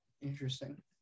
Interesting